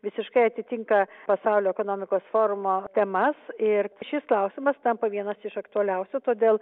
visiškai atitinka pasaulio ekonomikos forumo temas ir šis klausimas tampa vienas iš aktualiausių todėl